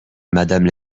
madame